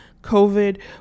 covid